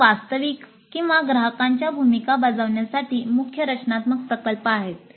मग वास्तविक किंवा ग्राहकांच्या भूमिका बजावण्यासाठी मुख्य रचनात्मक प्रकल्प आहे